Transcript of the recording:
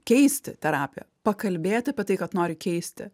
keisti terapiją pakalbėti apie tai kad nori keisti